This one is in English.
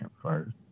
first